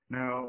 Now